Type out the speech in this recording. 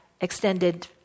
extended